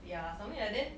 ya something lah then